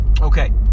Okay